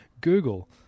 Google